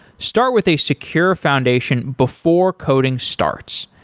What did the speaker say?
start with a secure foundation before coding starts.